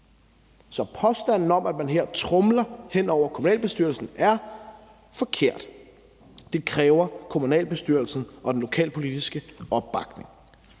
Så påstanden om, at man her tromler hen over kommunalbestyrelsen, er forkert. Det kræver kommunalbestyrelsens og den lokalpolitiske opbakning.